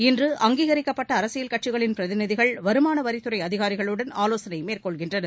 இன்று அங்கீகரிக்கப்பட்ட அரசியல் கட்சிகளின் பிரதிநிதிகள் வருமானவரித்துறை அதிகாரிகளுடன் ஆலோசனை மேற்கொள்கின்றனர்